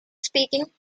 speaking